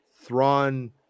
Thrawn